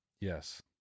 Yes